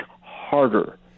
harder